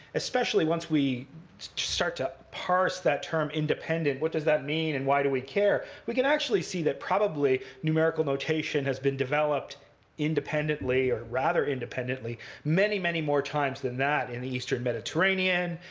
especially once we start to parse that term independent what does that mean, and why do we care? we can actually see that, probably, numerical notation has been developed independently, or rather independently, many, many more times than that in the eastern mediterranean,